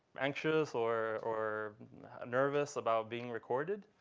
anxious or nervous about being recorded,